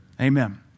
Amen